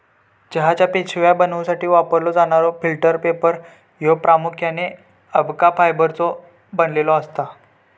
चहाच्या पिशव्या बनवूसाठी वापरलो जाणारो फिल्टर पेपर ह्यो प्रामुख्याने अबका फायबरचो बनलेलो असता